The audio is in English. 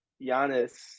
Giannis